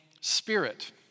spirit